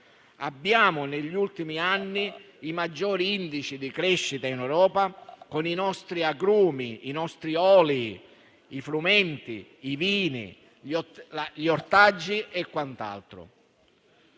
avuto negli ultimi anni i maggiori indici di crescita in Europa con i nostri agrumi, i nostri oli, i frumenti, i vini, gli ortaggi e quant'altro.